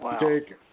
take